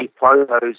photos